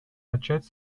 начать